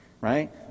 right